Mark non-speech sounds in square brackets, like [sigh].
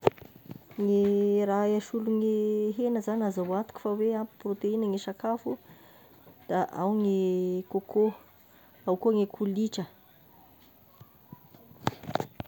Ny raha asolo gne hena zagny azaho antoka fa oe ampy proteine ny sakafo, da ao ny coco, ao koa gny kolitra. [noise]